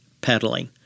pedaling